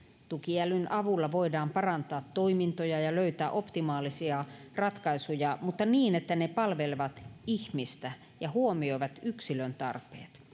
tukiälyn avulla voidaan parantaa toimintoja ja löytää optimaalisia ratkaisuja mutta niin että ne palvelevat ihmistä ja huomioivat yksilön tarpeet